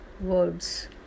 words